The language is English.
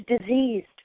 diseased